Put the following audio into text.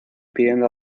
pidiendo